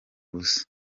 ubusa